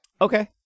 Okay